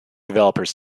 developers